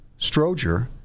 Stroger